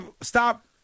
Stop